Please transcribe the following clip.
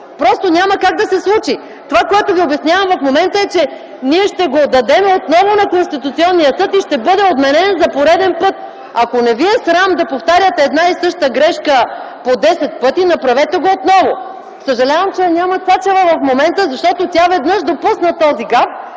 Просто няма как да се случи! Това, което ви обяснявам в момента е, че ние отново ще го дадем на Конституционния съд и ще бъде отменен за пореден път. Ако не ви е срам да повтаряте една и съща грешка по десет пъти, направете го отново! Съжалявам, че я няма Цачева в момента, защото тя веднъж допусна този гаф,